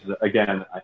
again